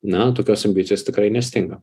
na tokios ambicijos tikrai nestinga